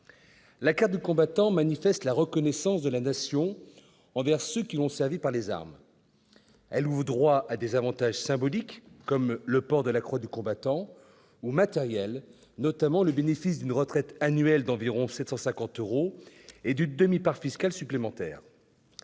La carte du combattant manifeste la reconnaissance de la Nation envers ceux qui l'ont servie par les armes. Elle ouvre droit à des avantages symboliques, comme le port de la croix du combattant, ou matériels, notamment le bénéfice d'une retraite annuelle d'environ 750 euros et d'une demi-part fiscale supplémentaire.